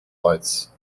lights